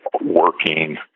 working